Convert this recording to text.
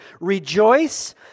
Rejoice